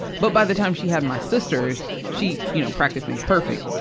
but by the time she had my sisters, she, you know, practice makes perfect.